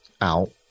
out